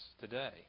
today